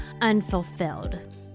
unfulfilled